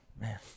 Man